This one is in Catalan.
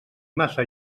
massa